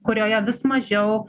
kurioje vis mažiau